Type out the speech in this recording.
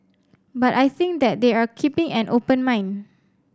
but I think that they are keeping an open mind